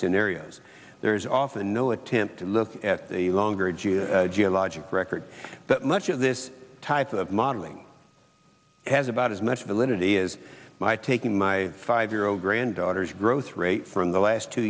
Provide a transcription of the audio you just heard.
scenarios there is often no attempt to look at the longer e g the geologic record but much of this type of modeling has about as much validity is my taking my five year old granddaughters growth rate from the last two